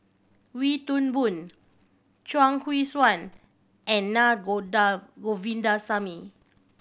Wee Toon Boon Chuang Hui Tsuan and Naa Govindasamy